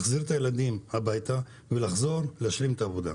להחזיר את הילדים הביתה ולחזור להשלים את העבודה.